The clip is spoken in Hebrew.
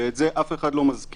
ואת זה אף אחד לא מזכיר.